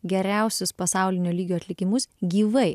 geriausius pasaulinio lygio atlikimus gyvai